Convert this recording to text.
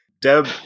Deb